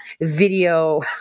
video